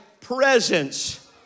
presence